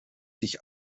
sich